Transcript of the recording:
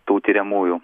tų tiriamųjų